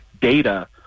data